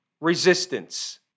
resistance